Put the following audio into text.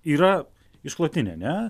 yra išklotinė ne